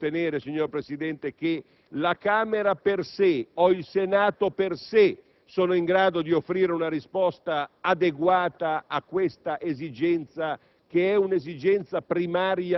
ma si può seriamente sostenere, signor Presidente, che la Camera per sé o il Senato per sé siano in grado di offrire una risposta adeguata a questa esigenza